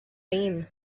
rain